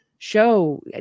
show